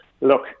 Look